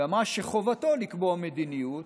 והיא אמרה שחובתו לקבוע מדיניות,